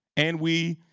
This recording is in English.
and we,